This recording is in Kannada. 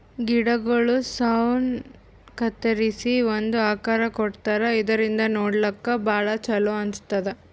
ಗಿಡಗೊಳ್ ಸೌನ್ ಕತ್ತರಿಸಿ ಒಂದ್ ಆಕಾರ್ ಕೊಡ್ತಾರಾ ಇದರಿಂದ ನೋಡ್ಲಾಕ್ಕ್ ಭಾಳ್ ಛಲೋ ಅನಸ್ತದ್